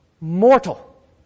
mortal